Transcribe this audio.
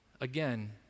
again